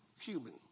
human